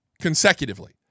consecutively